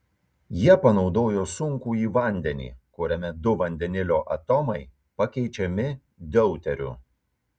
jie panaudojo sunkųjį vandenį kuriame du vandenilio atomai pakeičiami deuteriu